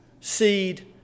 seed